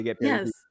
yes